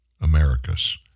Americas